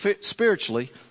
spiritually